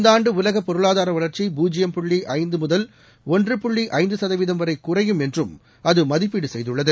இந்த ஆண்டு உலக பொருளாதார வளர்ச்சி பூஜ்ஜியம் புள்ளி ஐந்து முதல் ஒன்று புள்ளி ஐந்து சதவீதம் வரை குறையும் என்றும் அது மதிப்பீடு செய்துள்ளது